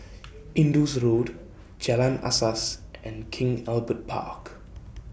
Indus Road Jalan Asas and King Albert Park